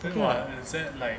what is it like